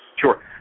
Sure